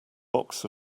box